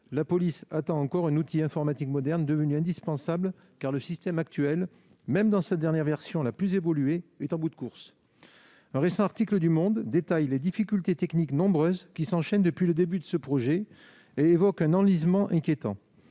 la police attend encore un outil informatique moderne devenu indispensable, car le système actuel, même dans sa dernière version la plus évoluée, est en bout de course. Un récent article du détaille les nombreuses difficultés techniques qui s'enchaînent depuis le début de ce projet et évoque un « enlisement » d'autant